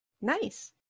Nice